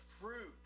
fruit